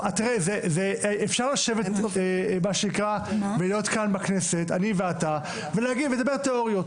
אפשר לשבת מה שנקרא ולהיות כאן בכנסת אני ואתה ולדבר תיאוריות,